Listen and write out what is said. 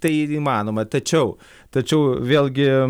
tai įmanoma tačiau tačiau vėlgi